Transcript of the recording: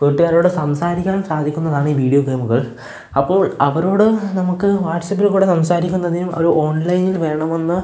കൂട്ടുകാരോട് സംസാരിക്കാൻ സാധിക്കുന്നതാണ് വീഡിയോ ഗെയിമുകൾ അപ്പോൾ അവരോട് നമുക്ക് വാട്ട്സപ്പിൽക്കൂടെ സംസാരിക്കുന്നതിനും അവർ ഓൺലൈനിൽ വേണമെന്ന്